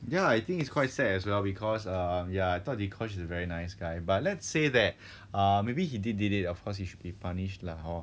ya I think it's quite sad as well because err ya I thought dee kosh is a very nice guy but let's say that err maybe he did did it of course he should be punished lah hor